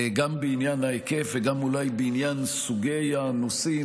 גם בעניין ההיקף וגם אולי בעניין סוגי הנושאים,